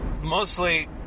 Mostly